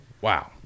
Wow